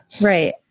Right